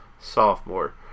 sophomore